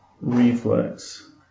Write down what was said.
reflex